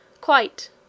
Quite